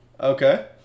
Okay